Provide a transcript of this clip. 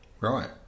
Right